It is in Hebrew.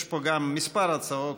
יש פה גם כמה הצעות,